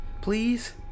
please